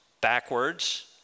backwards